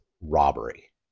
robbery